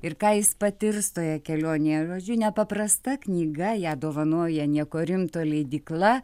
ir ką jis patirs toje kelionėje žodžiu nepaprasta knyga ją dovanoja nieko rimto leidykla